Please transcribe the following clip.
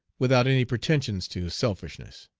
without any pretensions to selfishness.